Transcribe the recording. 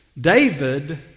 David